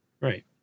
Right